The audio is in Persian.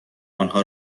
آنها